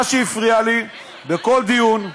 מה שהפריע לי בכל דיון זה